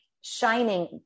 shining